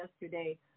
yesterday